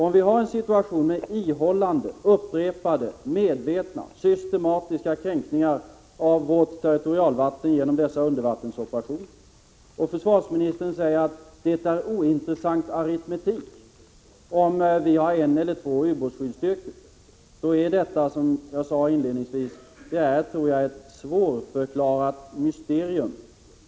Om vi har en situation med ihållande, upprepade, medvetna, systematiska kränkningar av vårt territorialvatten genom undervattensoperationer, och försvarsministern säger att det är ointressant aritmetik om vi har en eller två ubåtsskyddsstyrkor, då är detta, som jag sade inledningsvis, ett svårförklarligt mysterium.